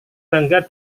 bangga